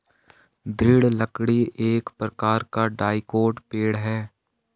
दृढ़ लकड़ी एक प्रकार का डाइकोट पेड़ है